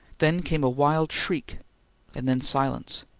then came a wild shriek and then silence.